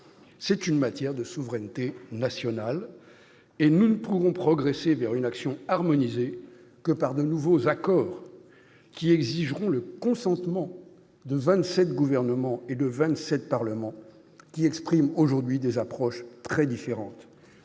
C'est une matière de souveraineté nationale et nous ne pourrons progresser vers une action harmonisée que par de nouveaux accords, qui exigeront le consentement de vingt-sept gouvernements et de vingt-sept parlements exprimant aujourd'hui des approches très différentes.